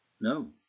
No